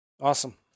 Awesome